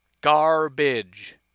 Garbage